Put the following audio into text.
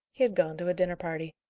he had gone to a dinner-party.